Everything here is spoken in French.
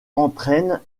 entraîne